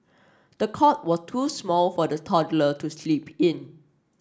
the cot was too small for the toddler to sleep in